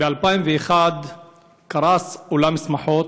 ב-2001 קרס אולם שמחות,